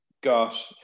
got